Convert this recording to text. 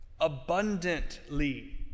abundantly